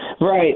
Right